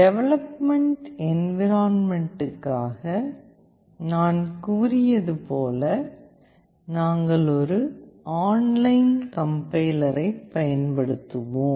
development என்விரான்மென்ட்க்காக நான் கூறியது போல நாங்கள் ஒரு ஆன்லைன் கம்பைலரை பயன்படுத்துவோம்